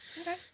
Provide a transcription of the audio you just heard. okay